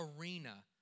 arena